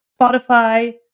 Spotify